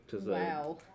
Wow